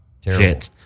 terrible